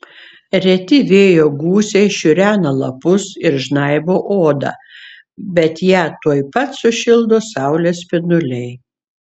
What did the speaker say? reti vėjo gūsiai šiurena lapus ir žnaibo odą bet ją tuoj pat sušildo saulės spinduliai